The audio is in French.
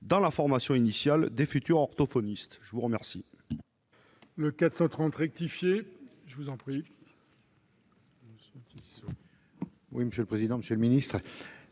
dans la formation initiale des futurs orthophonistes. La parole